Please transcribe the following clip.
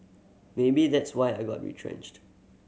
maybe that's why I got retrenched